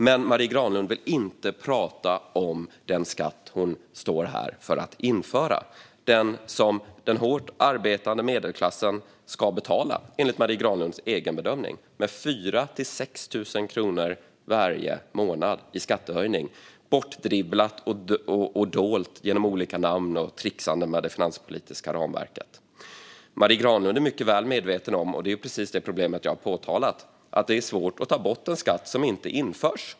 Men Marie Granlund vill inte prata om den skatt hon står här för att införa - den som den hårt arbetande medelklassen ska betala, enligt Marie Granlunds egen bedömning, med 4 000-6 000 kronor varje månad i skattehöjning. Det är bortdribblat och dolt genom olika namn och trixande med det finanspolitiska ramverket. Marie Granlund är mycket väl medveten om precis det problem jag har påtalat: Det är svårt att ta bort en skatt som inte införs.